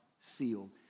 sealed